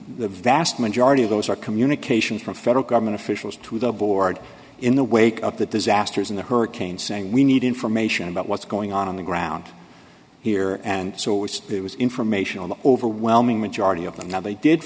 the vast majority of those are communications from federal government officials to the board in the wake of the disasters in the hurricane saying we need information about what's going on on the ground here and so we saw there was information on the overwhelming majority of them now they did